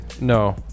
No